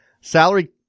salary